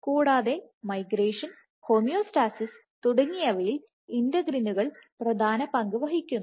കൂടാതെ migration homeostasis തുടങ്ങിയവയിൽ ഇന്റഗ്രിനുകൾ പ്രധാന പങ്ക് വഹിക്കുന്നു